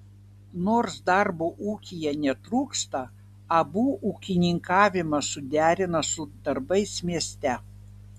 nors darbo ūkyje netrūksta abu ūkininkavimą suderina su darbais mieste